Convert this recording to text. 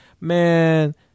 man